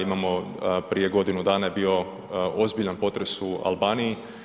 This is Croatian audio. Imamo, prije godinu dana je bio ozbiljan potres u Albaniji.